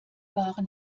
waren